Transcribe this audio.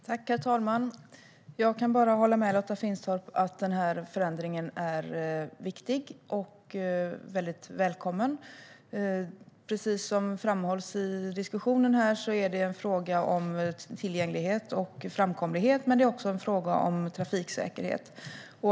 Herr talman! Jag kan bara hålla med Lotta Finstorp om att förändringen är viktig och väldigt välkommen. Precis som framhålls i diskussionen här är det en fråga om tillgänglighet och framkomlighet, men det är också en fråga om trafiksäkerhet.